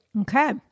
Okay